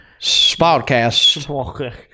Podcast